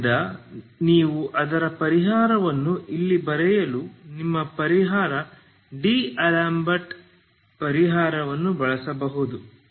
ಇದರಿಂದ ನೀವು ಅದರ ಪರಿಹಾರವನ್ನು ಇಲ್ಲಿ ಬರೆಯಲು ನಿಮ್ಮ ಪರಿಹಾರ ಡಿಅಲೆಂಬರ್ಟ್ DAlembert ಪರಿಹಾರವನ್ನು ಬಳಸಬಹುದು